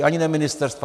Ani ne ministerstva.